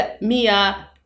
Mia